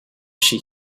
she